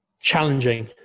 Challenging